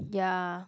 ya